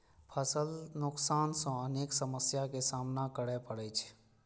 फसल नुकसान सं अनेक समस्या के सामना करै पड़ै छै